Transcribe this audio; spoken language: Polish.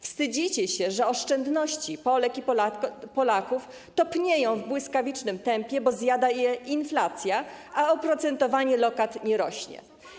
Wstydzicie się, że oszczędności Polek i Polaków topnieją w błyskawicznym tempie, bo zjada je inflacja, a oprocentowanie lokat nie rośnie.